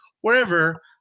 wherever